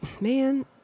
man